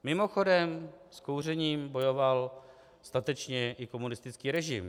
Mimochodem s kouřením bojoval statečně i komunistický režim.